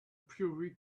priori